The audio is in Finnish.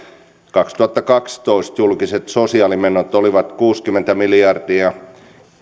kaksituhattakaksitoista julkiset sosiaalimenot olivat kuusikymmentä miljardia